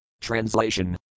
Translation